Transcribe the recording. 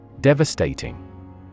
Devastating